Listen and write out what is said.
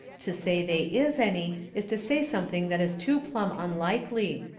to say they is any is to say something that is too plumb unlikely.